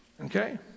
Okay